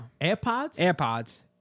AirPods